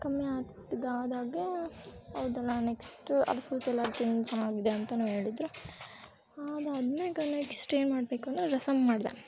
ಕಮ್ಮಿ ಆದಾಗ ಹೌದಲ ನೆಕ್ಸ್ಟು ಅದು ಫುಲ್ ಎಲ್ಲ ತಿಂದು ಚೆನ್ನಾಗಿದೆ ಅಂತಲೂ ಹೇಳಿದ್ರು ಅದಾದ ಮ್ಯಾಲ ನೆಕ್ಸ್ಟ್ ಏನು ಮಾಡಬೇಕು ಅಂದರೆ ರಸಂ ಮಾಡಿದೆ